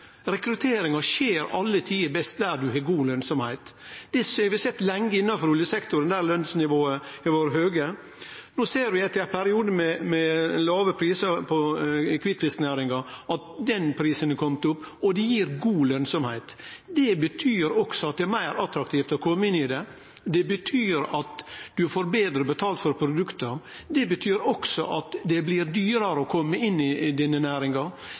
Rekrutteringa skjer alle tider best der ein har god lønsemd. Det har vi sett lenge innanfor oljesektoren, der lønsnivået har vore høgt. No ser vi at etter ein periode med låge prisar i kvitfisknæringa, har den prisen kome opp, og det gir god lønsemd. Det betyr også at det er meir attraktivt å kome inn i det. Det betyr at ein får betre betalt for produkta, men det betyr også at det blir dyrare å kome inn i denne næringa,